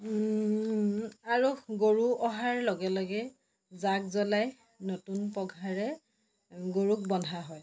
আৰু গৰু অহাৰ লগে লগে যাগ জ্বলাই নতুন পঘাৰে গৰুক বন্ধা হয়